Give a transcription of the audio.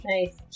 Nice